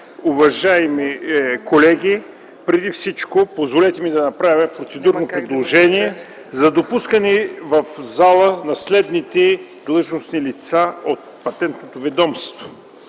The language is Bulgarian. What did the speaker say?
уважаеми колеги! Преди всичко позволете ми да направя процедурно предложение за допускане в залата на следните длъжностни лица от Патентното ведомство,